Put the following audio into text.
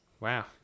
Wow